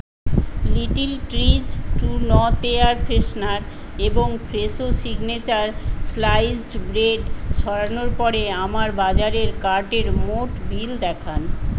little trees true north air freshener এবং Fresho signature sliced bread সরানোর পরে আমার বাজারের কার্টের মোট বিল দেখান